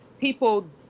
people